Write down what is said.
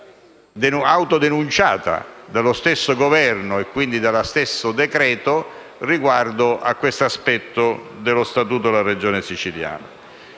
autodenunciata dallo stesso Governo, e quindi dallo stesso decreto-legge, riguardo a questo aspetto dello Statuto della Regione siciliana.